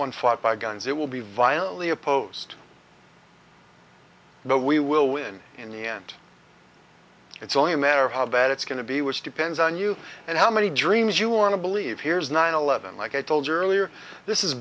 one fight by guns it will be violently opposed but we will win in the end it's only a matter how bad it's going to be which depends on you and how many dreams you want to believe here's nine eleven like i told you earlier this